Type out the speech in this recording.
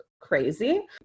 crazy